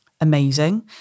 Amazing